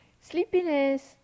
Sleepiness